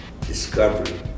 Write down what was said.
discovery